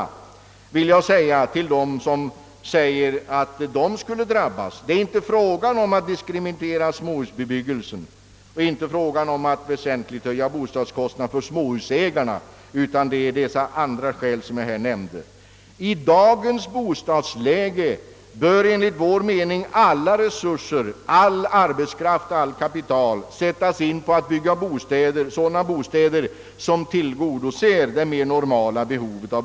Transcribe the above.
Jag vill framhäva för dem som påstår att dessa skulle drabbas, att det inte är fråga om att diskriminera småshusbebyggelsen eller väsentligt höja bostadskostnaderna för småhusägarna. Skälen är i stället de som jag här nämnde. I dagens bostadsläge bör enligt vår mening alla resurser, all arbetskraft och allt kapital sättas in på att bygga sådana bostäder som tillgodoser det mera normala behovet.